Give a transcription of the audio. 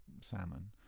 salmon